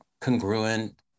congruent